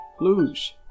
lose